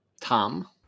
Tom